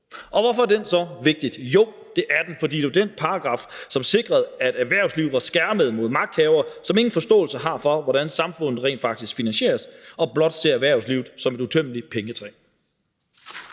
ud. Hvorfor er den så vigtig? Jo, det er den, fordi det jo er den paragraf, som sikrede, at erhvervslivet var skærmet mod magthavere, som ingen forståelse har for, hvordan samfundet rent faktisk finansieres, og blot ser erhvervslivet som et uudtømmeligt pengetræ.